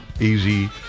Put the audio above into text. easy